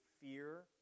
fear